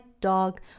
dog